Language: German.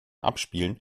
abspielen